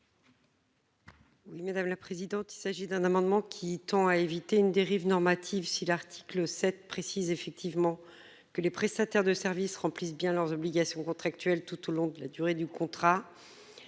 Oui madame la présidente. Il s'agit d'un amendement qui tend à éviter une dérive normative si l'article 7 précise effectivement que les prestataires de services remplissent bien leurs obligations contractuelles tout au long de la durée du contrat.